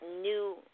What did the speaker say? new